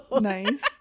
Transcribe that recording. Nice